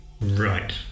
Right